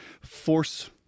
force